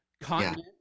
continent